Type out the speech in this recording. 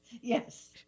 Yes